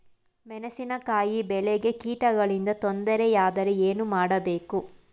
ಮೆಣಸಿನಕಾಯಿ ಬೆಳೆಗೆ ಕೀಟಗಳಿಂದ ತೊಂದರೆ ಯಾದರೆ ಏನು ಮಾಡಬೇಕು?